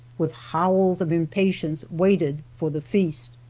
with howls of impatience waited for the feast.